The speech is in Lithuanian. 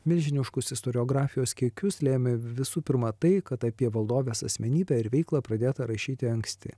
milžiniškus istoriografijos kiekius lėmė visų pirma tai kad apie valdovės asmenybę ir veiklą pradėta rašyti anksti